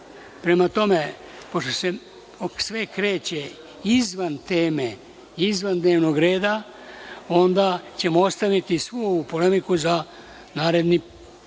Prema tome, pošto se sve kreće izvan teme, izvan dnevnog reda, onda ćemo ostaviti svu ovu polemiku za naredni period.